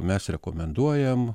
mes rekomenduojam